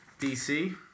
dc